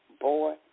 boy